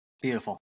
Beautiful